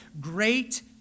great